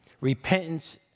Repentance